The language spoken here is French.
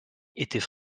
étaient